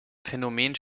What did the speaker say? phänomen